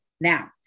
Now